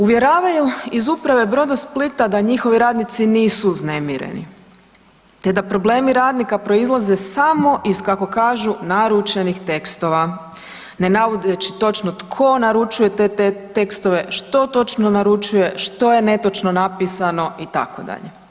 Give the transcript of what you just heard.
Uvjeravaju iz uprave „Brodosplita“ da njihovi radnici nisu uznemireni te da problemi radnika proizlaze samo iz kako kažu naručenih tekstova, ne navodeći točno tko naručuje te tekstove, što točno naručuje, što je netočno napisano itd.